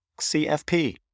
CFP